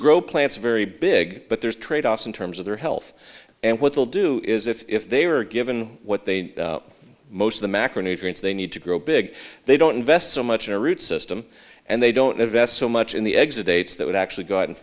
grow plants very big but there's tradeoffs in terms of their health and what they'll do is if they are given what they most of the macro nutrients they need to grow big they don't invest so much in a root system and they don't invest so much in the eggs or dates that would actually go out and